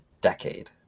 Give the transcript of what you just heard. decade